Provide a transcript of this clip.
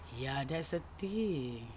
ya that's the thing